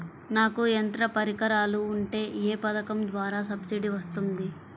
నాకు యంత్ర పరికరాలు ఉంటే ఏ పథకం ద్వారా సబ్సిడీ వస్తుంది?